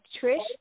Trish